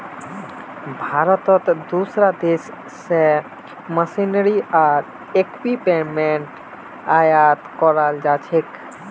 भारतत दूसरा देश स मशीनरी आर इक्विपमेंट आयात कराल जा छेक